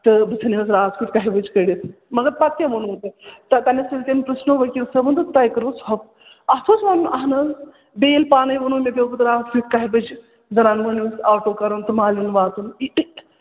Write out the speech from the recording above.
تہٕ بہٕ ژھٕنِہس راتھ کیُتھ کَہہِ بَجہِ کٔڑِتھ مگر پَتہٕ کیٛاہ ووٚنوُ تۄہہِ تۄہہِ تَتِنَس تٔمۍ پِرٛژھنو ؤکیٖل صٲبَن تہٕ تۄہہِ کٔروٕ ژھۄپہٕ اَتھ اوس وَنُن اہن حظ بیٚیہِ ییٚلہِ پانَے ووٚنوُ مےٚ پیوٚ پَتہٕ راتھ کیُتھ کَہہِ بَجہِ زَنان مٔہنوِس آٹو کَرُن تہٕ مالیُن واتُن